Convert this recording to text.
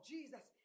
Jesus